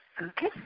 okay